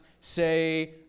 say